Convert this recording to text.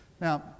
Now